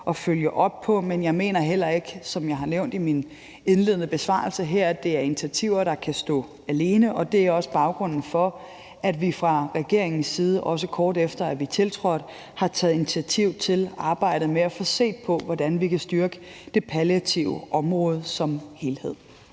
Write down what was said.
at følge op på. Men jeg mener ikke, som jeg har nævnt i min indledende besvarelse her, at det er initiativer, der kan stå alene, og det er også baggrunden for, at vi fra regeringens side, kort efter at vi tiltrådte, har taget initiativ til arbejdet med at få set på, hvordan vi kan styrke det palliative område som helhed.